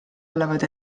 olevad